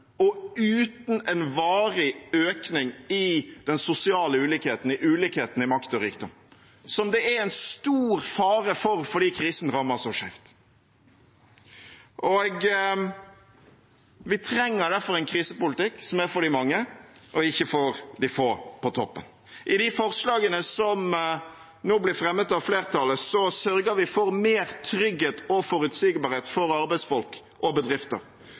og uten en varig økning i den sosiale ulikheten, i ulikheten i makt og rikdom, som det er en stor fare for, fordi krisen rammer så skjevt. Vi trenger derfor en krisepolitikk som er for de mange, og ikke for de få på toppen. I de forslagene som nå blir fremmet av flertallet, sørger vi for mer trygghet og forutsigbarhet for arbeidsfolk og bedrifter